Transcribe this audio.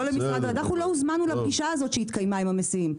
אנחנו לא הוזמנו לפגישה הזאת שהתקיימה עם המסיעים.